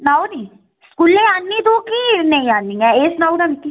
सनाओ निं स्कूलै औ'न्नी तूं कि नेईं औ'न्नी ऐं एह् सनाई ओड़ हां मिक्की